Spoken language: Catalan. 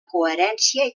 coherència